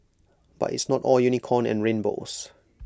but it's not all unicorn and rainbows